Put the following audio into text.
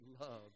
love